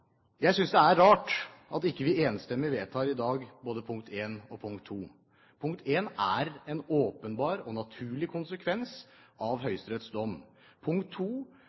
Jeg synes det er rart at vi ikke enstemmig vedtar i dag både I og II. I er en åpenbar og naturlig konsekvens av Høyesteretts dom.